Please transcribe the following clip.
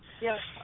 Yes